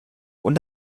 und